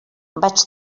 vaig